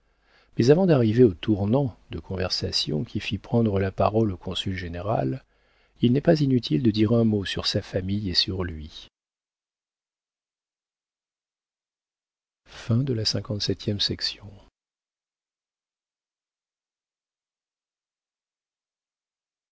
mais avant d'arriver au tournant de conversation qui fit prendre la parole au consul général il n'est pas inutile de dire un mot sur sa famille et sur lui